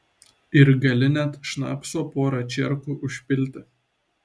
ir gali net šnapso porą čierkų užpilti